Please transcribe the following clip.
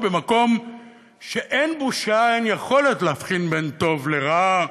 ובמקום שאין בושה אין יכולת להבחין בין טוב לרע,